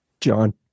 John